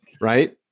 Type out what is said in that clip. right